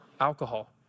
alcohol